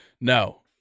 No